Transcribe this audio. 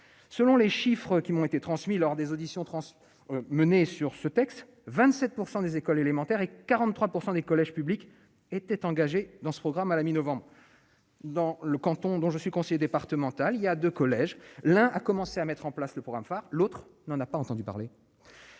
selon les chiffres qui ont été transmis lors des auditions, menée sur ce texte 27 % des écoles élémentaires et 43 % des collèges publics étaient engagés dans ce programme à la mi-novembre, dans le canton dont je suis conseiller départemental il y a 2 collèges, l'un a commencé à mettre en place le programme phare, l'autre n'en a pas entendu parler,